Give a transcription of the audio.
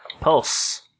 pulse